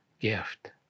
gift